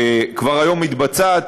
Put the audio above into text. שכבר היום מתבצעת,